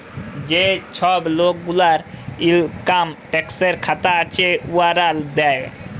যে ছব লক গুলার ইলকাম ট্যাক্সের খাতা আছে, উয়ারা দেয়